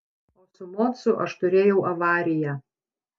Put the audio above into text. o su mocu aš turėjau avariją